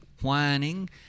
whining